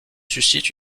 suscitent